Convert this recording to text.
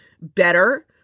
better